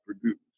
produced